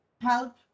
help